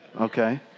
Okay